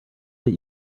let